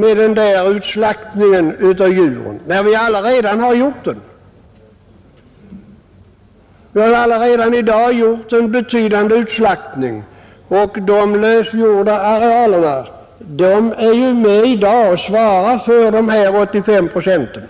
med den utslaktningen av djur? Vi har redan i dag gjort en betydande utslaktning, och de därigenom lösgjorda arealerna är medtagna i de 85 procenten.